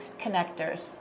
connectors